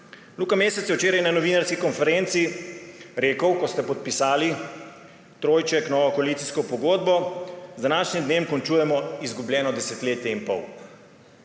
Luka Mesec je včeraj na novinarski konferenci rekel, ko ste podpisali trojček, novo koalicijsko pogodbo: »Z današnjim dnem končujemo izgubljeno desetletje in pol«.